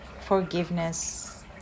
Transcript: forgiveness